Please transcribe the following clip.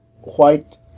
white